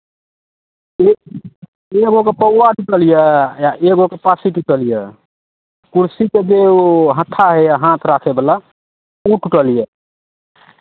एक् एगो के पौआ टूटल यए आ एगो के पासि टूटल यए कुर्सी जे ओ हाथ होइए हाथ राखयवला ओ टूटल यए